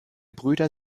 brüder